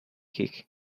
kick